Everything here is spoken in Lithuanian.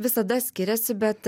visada skiriasi bet